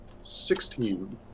sixteen